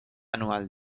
anual